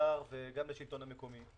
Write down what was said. לאוצר וגם לשלטון המקומי,